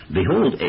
behold